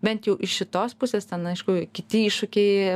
bent jau iš šitos pusės ten aišku kiti iššūkiai